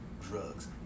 drugs